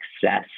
success